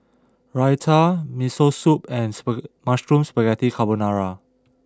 Raita Miso Soup and Mushroom Spaghetti Carbonara